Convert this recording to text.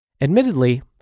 Admittedly